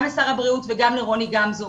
גם לשר הבריאות וגם לרוני גמזו.